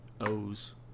O's